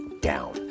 down